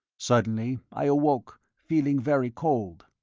suddenly i awoke, feeling very cold.